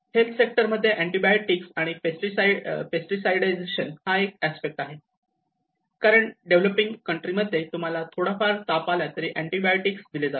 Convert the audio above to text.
health sector मध्ये antibiotics and पेस्टीसाईडीझशन हा एक अस्पेक्ट आहे कारण डेव्हलपिंग कंट्री मध्ये तुम्हाला थोडाफार ताप आला तरी अँटिबायोटिक्स दिले जाते